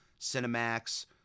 Cinemax